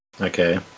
Okay